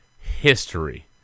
history